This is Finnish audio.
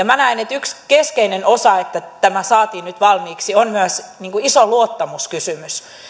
minä näen että yksi keskeinen osa että tämä saatiin nyt valmiiksi on myös iso luottamuskysymys